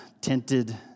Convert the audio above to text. tinted